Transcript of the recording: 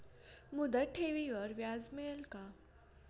मुदत ठेवीवर व्याज मिळेल का?